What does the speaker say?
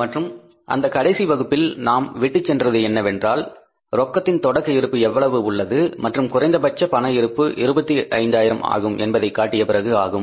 மற்றும் அந்த கடைசி வகுப்பில் நாம் விட்டுச் சென்றது என்னவென்றால் ரொக்கத்தின் தொடக்க இருப்பு எவ்வளவு உள்ளது மற்றும் குறைந்தபட்ச பண இருப்பு 25000 ஆகும் என்பதைக் காட்டிய பிறகு ஆகும்